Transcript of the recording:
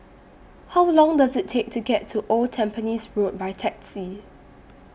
How Long Does IT Take to get to Old Tampines Road By Taxi